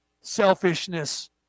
selfishness